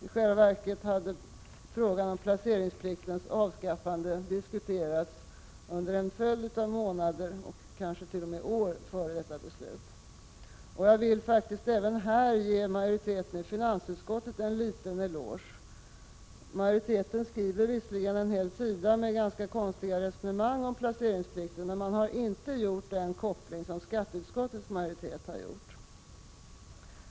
I själva verket hade frågan om placeringspliktens avskaffande diskuterats under en följd av månader, kanske t.o.m. år, före detta beslut. Jag vill även här ge finansutskottets majoritet en liten eloge. Majoriteten skriver visserligen en hel sida med ganska konstiga resonemang om placeringsplikten, men man har inte gjort den koppling som skatteutskottets majoritet har gjort.